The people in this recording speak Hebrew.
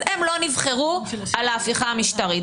אז הם לא נבחרו על ההפיכה המשטרית.